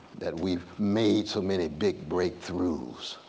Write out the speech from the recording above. that we've made so many big breakthroughs.